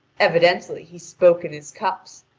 evidently he spoke in his cups.